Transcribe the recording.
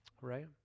Right